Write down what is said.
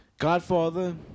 Godfather